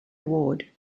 award